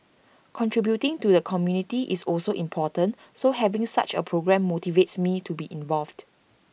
contributing to the community is also important so having such A programme motivates me to be involved